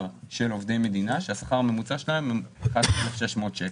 של עובדי מדינה שהשכר הממוצע שלהם הוא 11,600 שקל.